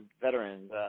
veterans